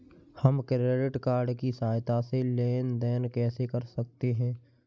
हम credit card की सहायता से लेन देन कैसे कर सकते हैं?